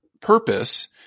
purpose